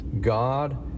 God